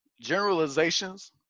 generalizations